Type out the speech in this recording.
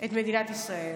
את מדינת ישראל.